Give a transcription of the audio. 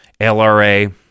LRA